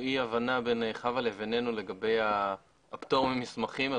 אי הבנה בין חוה לבינינו לגבי הפטור ממסמכים.